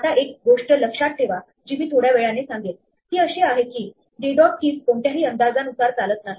आता एक गोष्ट लक्षात ठेवा जी मी थोड्यावेळाने सांगेल ती अशी आहे की d dot keys कोणत्याही अंदाजानुसार चालत नाही